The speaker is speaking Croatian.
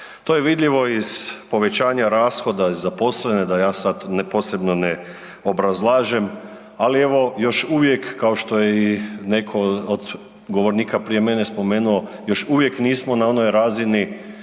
To je vidljivo iz povećanja rashoda .../Govornik se ne razumije./... da ja sad posebno ne obrazlažem ali evo još uvijek kao što je netko od govornika prije mene spomenuo, još uvijek nismo na onoj razini